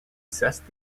assessed